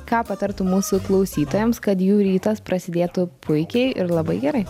ką patartum mūsų klausytojams kad jų rytas prasidėtų puikiai ir labai gerai